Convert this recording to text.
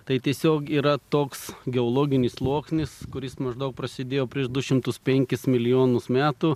tai tiesiog yra toks geologinis sluoksnis kuris maždaug prasidėjo prieš du šimtus penkis milijonus metų